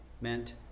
meant